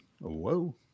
Whoa